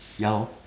ya lor